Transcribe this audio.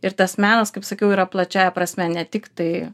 ir tas menas kaip sakiau yra plačiąja prasme ne tik tai